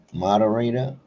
moderator